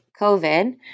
COVID